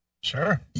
Sure